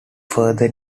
further